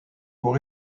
pour